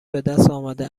بهدستآمده